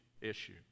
issue